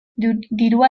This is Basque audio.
dirua